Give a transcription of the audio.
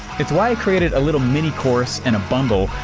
it's why i created a little mini-course in a bundle,